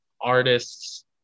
artists